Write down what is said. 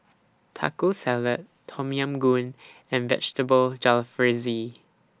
Taco Salad Tom Yam Goong and Vegetable Jalfrezi